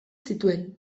zituen